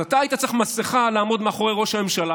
אז אתה היית צריך מסכה לעמוד מאחורי ראש הממשלה,